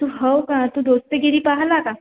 हो का तू दोस्तीगिरी पाहिला का